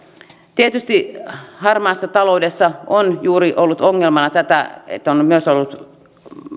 tietysti harmaassa taloudessa on juuri ollut ongelmana että on myös ollut